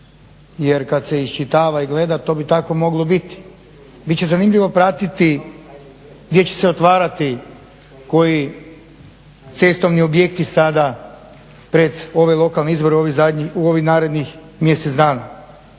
jer kada se iščitava i gleda to bi tako moglo biti. Biti će zanimljivo pratiti gdje će se otvarati koji cestovni objekti sada pred ove lokalne izbore u ovih narednih mjesec dana.